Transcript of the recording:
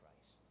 Christ